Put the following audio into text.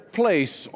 place